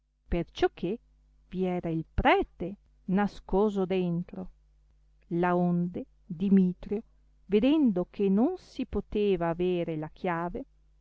chiave perciò che vi era il prete nascoso dentro laonde dimitrio vedendo che non si poteva avere la chiave